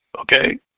okay